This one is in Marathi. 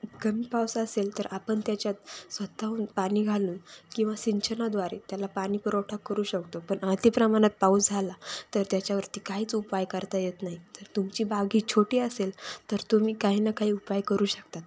कमी पाऊस असेल तर आपण त्याच्यात स्वतःहून पाणी घालून किंवा सिंचनाद्वारे त्याला पाणी पुरवठा करू शकतो पण अति प्रमाणात पाऊस झाला तर त्याच्यावरती काहीच उपाय करता येत नाही तर तुमची बाग ही छोटी असेल तर तुम्ही काही ना काही उपाय करू शकतात